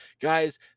Guys